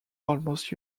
almost